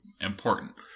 important